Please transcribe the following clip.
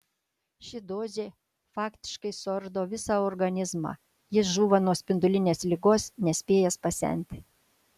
ši dozė faktiškai suardo visą organizmą jis žūva nuo spindulinės ligos nespėjęs pasenti